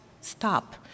stop